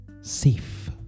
safe